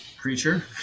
creature